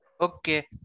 Okay